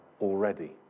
already